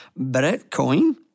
Bitcoin